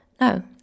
No